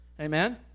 Amen